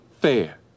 fair